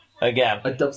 again